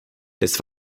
des